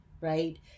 right